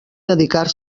dedicar